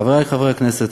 חברי חברי הכנסת,